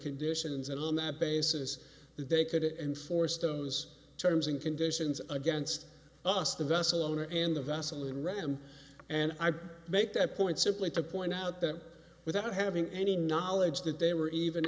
conditions and on that basis they could enforce those terms and conditions against us the vessel owner and the vessel and ram and i make that point simply to point out that without having any knowledge that they were even